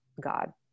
God